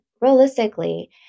realistically